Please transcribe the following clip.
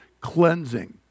cleansing